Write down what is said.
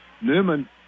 Newman